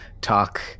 talk